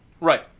Right